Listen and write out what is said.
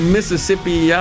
Mississippi